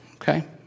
Okay